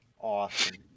awesome